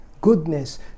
goodness